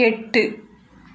எட்டு